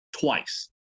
twice